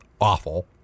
awful